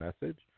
message